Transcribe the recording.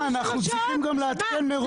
אנחנו גם צריכים לעדכן מראש על הסתייגויות.